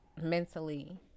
mentally